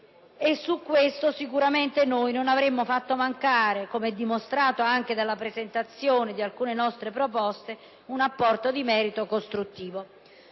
non avremmo sicuramente fatto mancare - come è dimostrato anche dalla presentazione di alcune nostre proposte - un apporto di merito costruttivo.